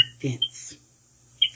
fence